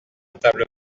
table